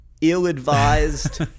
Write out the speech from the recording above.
ill-advised